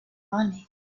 money